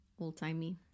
Old-timey